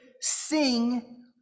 sing